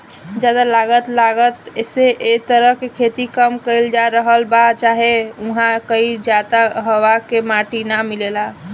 ज्यादा लागत लागला से ए तरह से खेती कम कईल जा रहल बा चाहे उहा कईल जाता जहवा माटी ना मिलेला